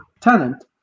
tenant